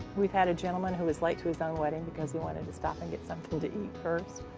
we've had a gentleman who was late to his own wedding because he wanted to stop and get something to eat first.